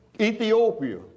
Ethiopia